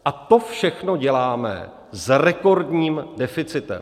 A to všechno děláme s rekordním deficitem.